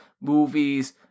movies